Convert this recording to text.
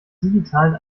digitalen